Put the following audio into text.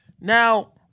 Now